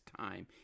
time